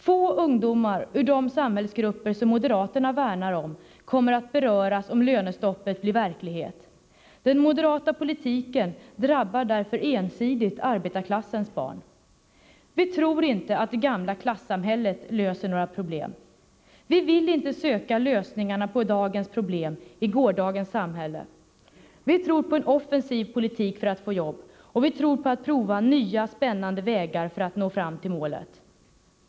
Få ungdomar ur de samhällsgrupper som moderaterna värnar om kommer att beröras om lönestoppet blir verklighet. Den moderata politiken drabbar därför ensidigt arbetarklassens barn. Vi tror inte att det gamla klassamhället löser några problem. Vi vill inte söka lösningarna på dagens problem i gårdagens samhälle. Vi tror på en offensiv politik för att få jobb, och vi tror på att prova nya, spännande vägar för att nå fram till målet.